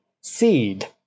seed